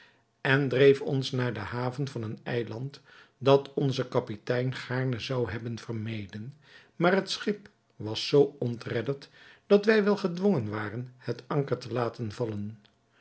en dreef ons naar de haven van een eiland dat onze kapitein gaarne zou hebben vermeden maar het schip was zoo ontredderd dat wij wel gedwongen waren het anker te laten vallen